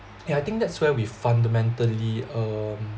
yeah I think that's where we fundamentally um